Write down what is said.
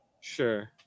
sure